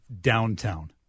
downtown